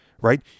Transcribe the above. right